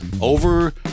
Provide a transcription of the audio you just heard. over